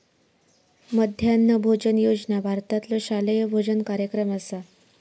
मध्यान्ह भोजन योजना भारतातलो शालेय भोजन कार्यक्रम असा